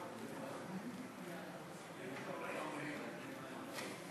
התשע"ד 2014,